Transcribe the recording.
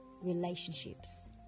relationships